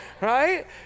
right